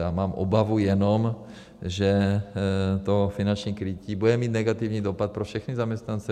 A mám obavu jenom, že to finanční krytí bude mít negativní dopad pro všechny zaměstnance.